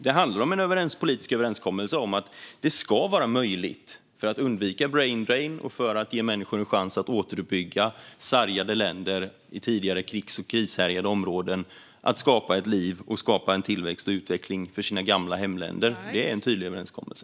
Det handlar om en politisk överenskommelse om att det ska vara möjligt med återvändande för att undvika brain drain och för att ge människor en chans att återuppbygga sargade länder i tidigare kris och krigshärjade områden och skapa ett liv för dem själva och en tillväxt och utveckling för sina gamla hemländer. Det är en tydlig överenskommelse.